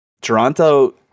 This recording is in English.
Toronto